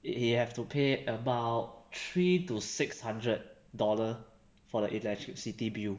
you you have to pay about three to six hundred dollar for the electricity bill